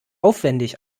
aufwendig